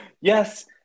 Yes